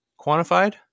quantified